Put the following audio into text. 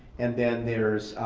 and then there's,